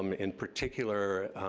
um in particular,